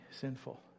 sinful